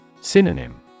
Synonym